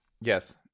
Yes